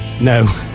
no